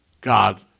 God